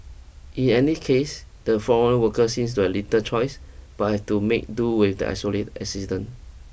in any case the foreign workers sees to have little choice but have to make do with the isolated existence